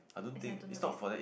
as in I don't know this